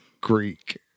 Greek